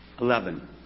Eleven